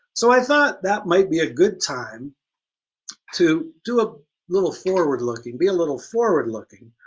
so i thought that might be a good time to do a little forward-looking, be a little forward-looking.